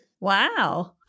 Wow